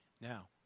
Now